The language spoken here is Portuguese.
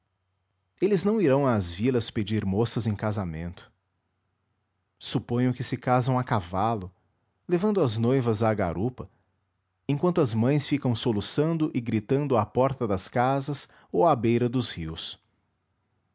eles não irão às vilas pedir moças em casamento suponho que se casam a cavalo levando as noivas à garupa enquanto as mães ficam soluçando e gritando à porta das casas ou à beira dos rios